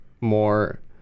more